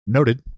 Noted